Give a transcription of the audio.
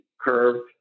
curve